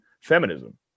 feminism